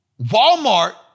Walmart